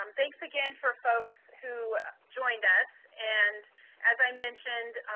thanks again for folks who joined us. and as i mentioned,